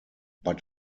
but